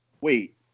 Wait